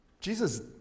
Jesus